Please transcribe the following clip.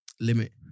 limit